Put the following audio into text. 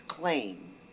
claim